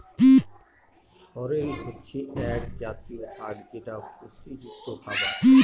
সরেল হচ্ছে এক জাতীয় শাক যেটা পুষ্টিযুক্ত খাবার